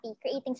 creating